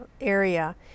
area